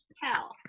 Hell